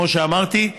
כמו שאמרתי,